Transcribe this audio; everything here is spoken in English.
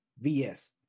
V-S